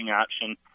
option